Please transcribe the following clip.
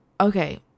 okay